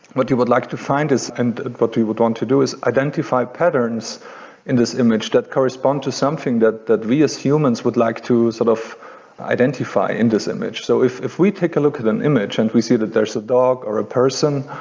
what you would like to find is and what but we would want to do is identify patterns in this image that correspond to something that that we as humans would like to sort of identify in this image so if if we take a look at an image and we see that there's a dog, or a person,